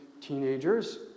teenagers